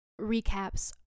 recaps